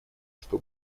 что